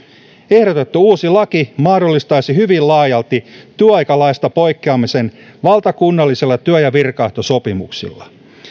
ehdotettu uusi laki mahdollistaisi hyvin laajalti työaikalaista poikkeamisen valtakunnallisilla työ ja virkaehtosopimuksilla